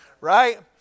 right